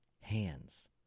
hands